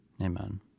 amen